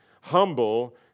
humble